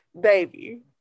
baby